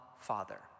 father